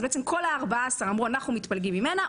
אז כל ה-14 אמרו: אנחנו מתפלגים ממנה.